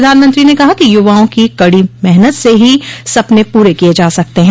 प्रधानमंत्री ने कहा कि युवाओं की कड़ी मेहनत से ही सपने पूरे किए जा सकते हैं